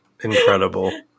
Incredible